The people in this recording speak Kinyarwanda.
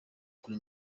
kuri